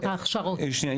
שניה,